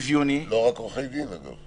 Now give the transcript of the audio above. לא רק עורכי דין, דרך אגב.